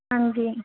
ਹਾਂਜੀ